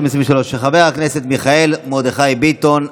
1662/25, של חבר הכנסת מיכאל מרדכי ביטון.